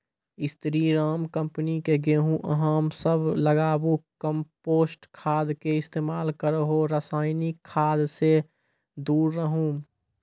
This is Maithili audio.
स्री राम कम्पनी के गेहूँ अहाँ सब लगाबु कम्पोस्ट खाद के इस्तेमाल करहो रासायनिक खाद से दूर रहूँ?